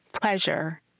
pleasure